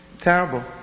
Terrible